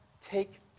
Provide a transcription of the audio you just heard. take